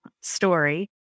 story